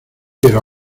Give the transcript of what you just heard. pero